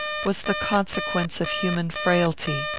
was the consequence of human frailty.